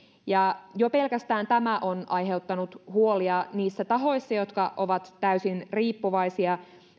jo pelkästään tämä on aiheuttanut huolia niissä tahoissa jotka ovat täysin riippuvaisia